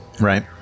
Right